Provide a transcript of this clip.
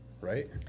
right